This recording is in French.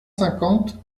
cinquante